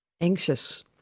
anxious